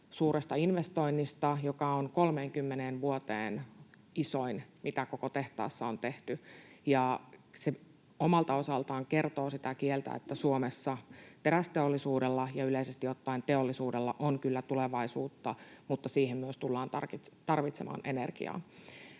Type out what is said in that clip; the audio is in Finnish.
suuresta investoinnista, joka on 30 vuoteen isoin, mitä koko tehtaassa on tehty. Se omalta osaltaan kertoo sitä kieltä, että Suomessa terästeollisuudella ja yleisesti ottaen teollisuudella on kyllä tulevaisuutta, mutta siihen myös tullaan tarvitsemaan energiaa.